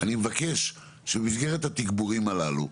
אני מבקש שבמסגרת התגבורים הללו,